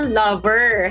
lover